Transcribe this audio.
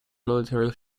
military